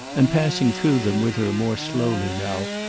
and, passing through them with her more slowly now,